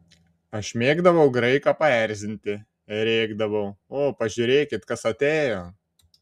aš mėgdavau graiką paerzinti rėkdavau o pažiūrėkit kas atėjo